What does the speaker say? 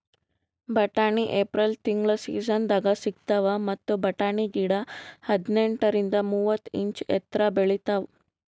ಬಟಾಣಿ ಏಪ್ರಿಲ್ ತಿಂಗಳ್ ಸೀಸನ್ದಾಗ್ ಸಿಗ್ತಾವ್ ಮತ್ತ್ ಬಟಾಣಿ ಗಿಡ ಹದಿನೆಂಟರಿಂದ್ ಮೂವತ್ತ್ ಇಂಚ್ ಎತ್ತರ್ ಬೆಳಿತಾವ್